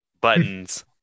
buttons